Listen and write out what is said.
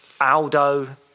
Aldo